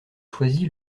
choisi